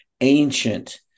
ancient